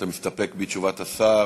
אתה מסתפק בתשובת השר?